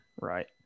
Right